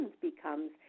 becomes